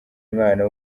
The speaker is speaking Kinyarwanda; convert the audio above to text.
mwana